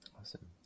Awesome